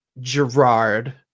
Gerard